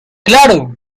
claro